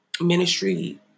ministry